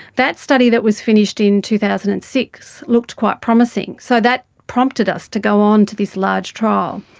that study that was finished in two thousand and six looked quite promising, so that prompted us to go on to this large trial.